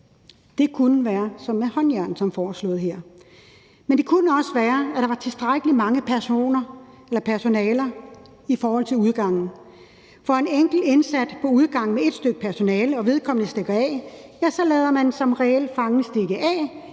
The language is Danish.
Det kunne være ved hjælp af håndjern som foreslået her. Men det kunne også være, at der var tilstrækkelig mange personaler ved udgange, for hvis en enkelt indsat på udgang med 1 stk. personale stikker af, lader man som regel fangen stikke af